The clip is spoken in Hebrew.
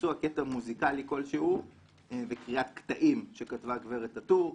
ביצוע קטע מוזיקלי כלשהו וקריאת קטעים שכתבה הגברת טאטור,